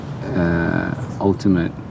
Ultimate